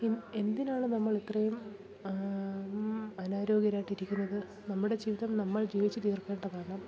എന്തിനാണ് നമ്മൾ ഇത്രയും അനാരോഗ്യരായിട്ട് ഇരിക്കുന്നത് നമ്മുടെ ജീവിതം നമ്മൾ ജീവിച്ചു തീർക്കേണ്ടതാണ്